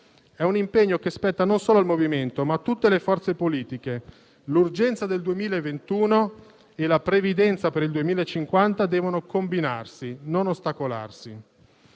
È un impegno che spetta non solo al MoVimento, ma a tutte le forze politiche. L'urgenza del 2021 e la previdenza per il 2050 devono combinarsi, non ostacolarsi.